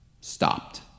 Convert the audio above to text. stopped